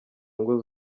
ngo